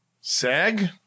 Sag